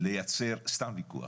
לייצר סתם ויכוח.